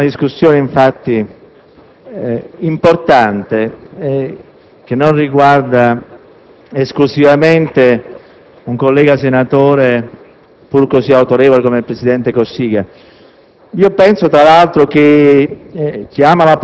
questa sia una discussione importante, che non riguarda esclusivamente un collega senatore, pur così autorevole come il presidente Cossiga.